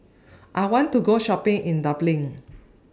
I want to Go Shopping in Dublin